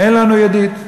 אין לנו ידיד.